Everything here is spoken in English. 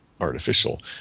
artificial